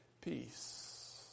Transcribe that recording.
peace